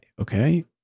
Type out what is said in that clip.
okay